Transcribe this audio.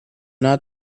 not